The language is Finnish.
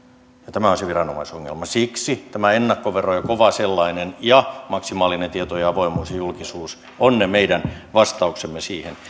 tämä on se viranomaisongelma siksi tämä ennakkovero kova sellainen ja maksimaalinen tietojen avoimuus ja julkisuus ovat ne meidän vastauksemme siihen